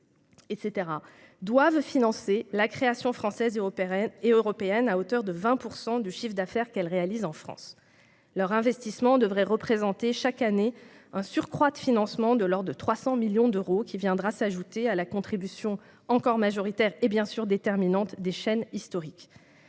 doivent financer la création française et européenne à hauteur de 20 % du chiffre d'affaires qu'elles réalisent en France. Leur investissement devrait représenter, chaque année, un surcroît de financement de l'ordre de 300 millions d'euros, qui viendra s'ajouter à la contribution, encore majoritaire et, bien sûr, déterminante, des chaînes historiques.